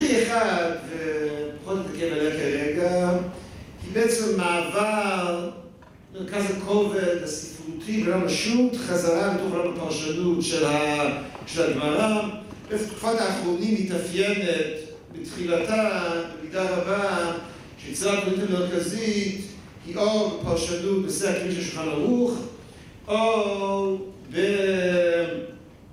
‫אחרי אחד, בואו נתעכב עליה כרגע, ‫היא בעצם מעבר מרכז הכובד הספרותי ‫בעולם השו"ת, חזרה לתוך ‫עולם הפרשנות של הגמרא, ‫תקופת האחרונים היא מתאפיינת ‫בתחילתה, במידה רבה, ‫שאצלם נקודת הביטוי המרכזית, ‫היא או בפרשנות נושאי הכלים של השולחן ערוך, ‫או ב...